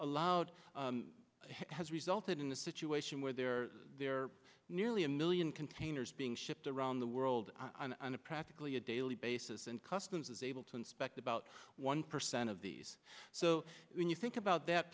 allowed has resulted in the situation where there are nearly a million containers being shipped around the world on a practically a daily basis and customs is able to inspect about one percent of these so when you think about that